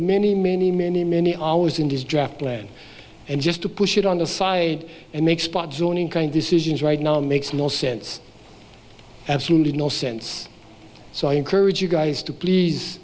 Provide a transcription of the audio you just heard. many many many many hours in this draft land and just to push it on the side and make spot zoning kind this is right now makes no sense absolutely no sense so i encourage you guys to please